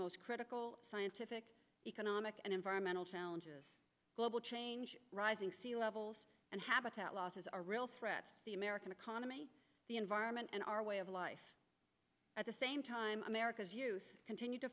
most critical scientific economic and environmental challenges global change rising sea levels and habitat loss a real threat to the american economy the environment and our way of life at the same time america's youth continue to